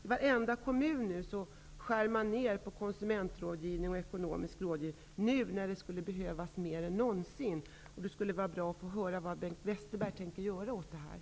I varenda kommun skär man ner på konsumentrådgivning och ekonomisk rådgivning. Det sker nu när de behövs mer än någonsin. Det skulle vara bra att få höra vad Bengt Westerberg tänker göra åt detta.